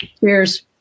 cheers